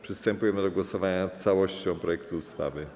Przystępujemy do głosowania nad całością projektu ustawy.